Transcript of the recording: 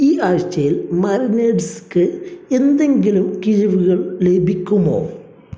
ഈ ആഴ്ചയിൽ മറിനേഡ്സ്ക്ക് എന്തെങ്കിലും കിഴിവുകൾ ലഭിക്കുമോ